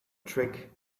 trick